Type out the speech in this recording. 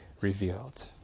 revealed